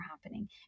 happening